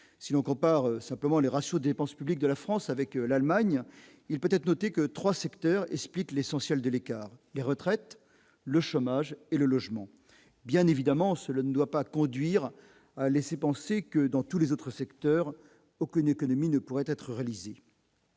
si on compare simplement les ratios, dépenses publiques de la France avec l'Allemagne et peut-être noté que 3 secteurs, explique l'essentiel de l'écart, les retraites, le chômage et le logement, bien évidemment, cela ne doit pas conduire à laisser penser que, dans tous les autres secteurs, aucune économie ne pourraient être réalisées.